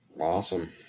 Awesome